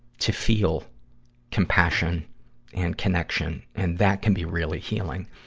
to feel compassion and connection. and that can be really healing.